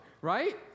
right